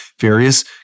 various